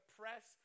press